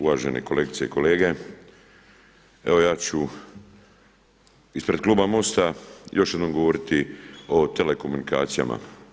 Uvažene kolegice i kolege, evo ja ću ispred kluba MOST-a još jednom govoriti o telekomunikacijama.